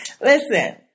Listen